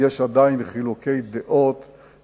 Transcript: עדיין היום יש חילוקי דעות,